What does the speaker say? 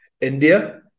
India